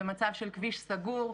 במצב של כביש סגור,